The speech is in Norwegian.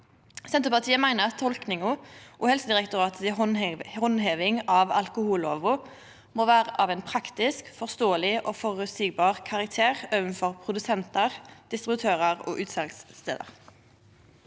Senterpartiet meiner at tolkinga og Helsedirektoratet si handheving av alkohollova må vera av ein praktisk, forståeleg og føreseieleg karakter overfor produsentar, distributørar og utsalsstader.